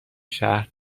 شهر